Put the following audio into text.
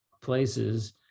places